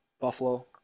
Buffalo